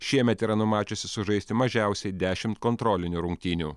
šiemet yra numačiusi sužaisti mažiausiai dešimt kontrolinių rungtynių